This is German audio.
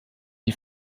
die